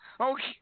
Okay